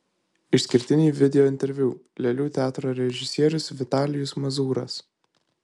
išskirtiniai videointerviu lėlių teatro režisierius vitalijus mazūras